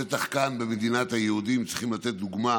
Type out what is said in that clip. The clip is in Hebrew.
בטח כאן, במדינת היהודים, צריך לתת דוגמה